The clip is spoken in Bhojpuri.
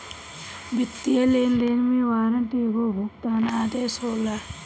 वित्तीय लेनदेन में वारंट एगो भुगतान आदेश होला